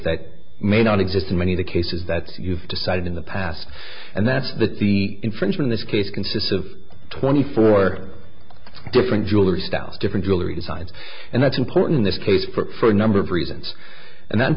that may not exist in many of the cases that you've decided in the past and that's that the inference from this case consists of twenty four different jewelry styles different jewelry decides and that's important in this case for a number of reasons and that